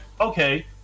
okay